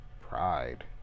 pride